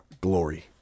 Glory